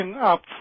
up